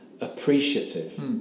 appreciative